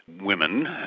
women